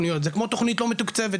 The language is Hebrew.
זה כמו תכנית לא מתוקצבת,